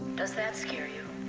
does that scare you